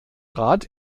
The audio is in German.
rat